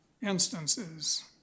instances